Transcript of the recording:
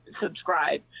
subscribe